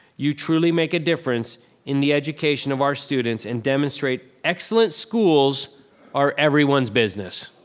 you truly make a difference in the education of our students and demonstrate excellent schools are everyone's business.